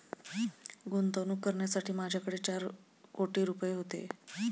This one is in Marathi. गुंतवणूक करण्यासाठी माझ्याकडे चार कोटी रुपये होते